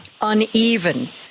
uneven